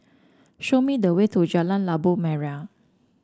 show me the way to Jalan Labu Merah